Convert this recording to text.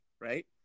right